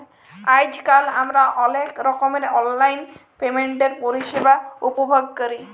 আইজকাল আমরা অলেক রকমের অললাইল পেমেল্টের পরিষেবা উপভগ ক্যরি